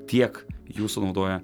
tiek jų sunaudoja